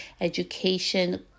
education